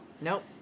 Nope